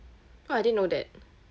oh I didn't know that